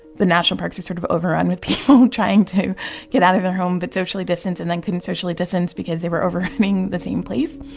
the national parks were sort of overrun with people trying to get out of their home but socially distance and then couldn't socially distance because they were overrunning the same place.